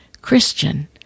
Christian